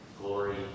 glory